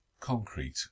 concrete